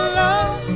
love